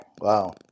Wow